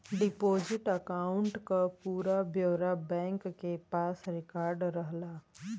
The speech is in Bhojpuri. डिपोजिट अकांउट क पूरा ब्यौरा बैंक के पास रिकार्ड रहला